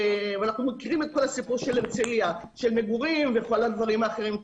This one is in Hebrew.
ואנחנו מכירים את כל הסיפור של הרצליה עם מגורים וכל הדברים האחרים.